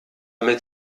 mit